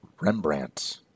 Rembrandt